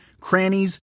crannies